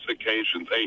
occasions